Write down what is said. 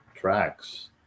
tracks